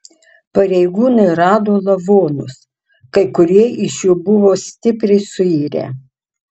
pareigūnai rado lavonus kai kurie iš jų buvo stipriai suirę